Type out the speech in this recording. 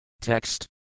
Text